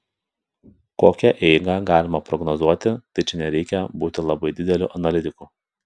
kokią eigą galima prognozuoti tai čia nereikia būti labai dideliu analitiku